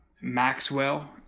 Maxwell